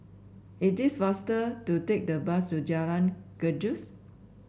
it is faster to take the bus to Jalan Gajus